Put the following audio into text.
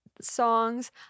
songs